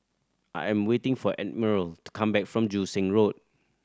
I am waiting for Admiral to come back from Joo Seng Road